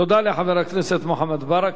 תודה רבה לחבר הכנסת מוחמד ברכה.